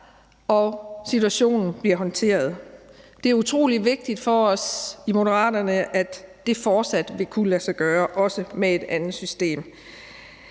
og situationen bliver håndteret. Det er utrolig vigtigt for os i Moderaterne, at det fortsat vil kunne lade sig gøre, også med et andet system.